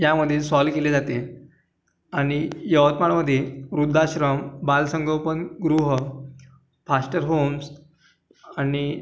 यामध्ये सॉल्व केले जाते आणि यवतमाळमध्ये वृद्धाश्रम बाळसंगोपनगृह फास्टरहोम्स आणि